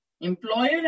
Employer